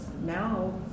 now